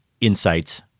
insights